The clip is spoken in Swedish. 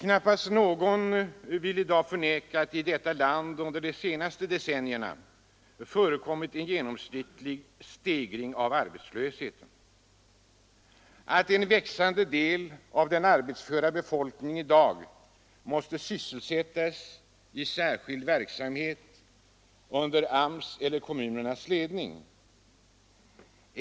Knappast någon vill i dag förneka att det i detta land under de senaste decennierna förekommit en genomsnittlig stegring av arbetslösheten, att en växande del av den arbetsföra befolkningen i dag måste sysselsättas i särskild verksamhet under AMS:s eller kommunernas ledning.